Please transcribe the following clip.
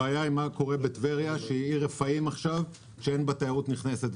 הבעיה היא מה קורה בטבריה שהיא עיר רפאים עכשיו כי אין בה תיירות נכנסת.